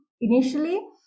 Initially